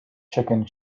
chicken